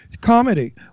Comedy